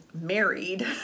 married